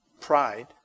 pride